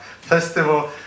Festival